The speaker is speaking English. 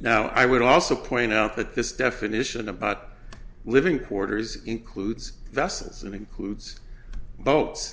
now i would also point out that this definition about living quarters includes vessels and includes boats